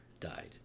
died